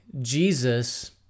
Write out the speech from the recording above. Jesus